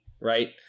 Right